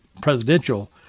presidential